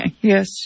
Yes